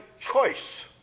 choice